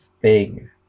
big